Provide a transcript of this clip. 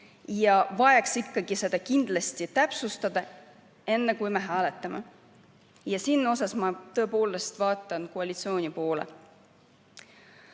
vaja ikkagi seda kindlasti täpsustada, enne kui me hääletame. Ja selles osas ma tõepoolest vaatan koalitsiooni poole.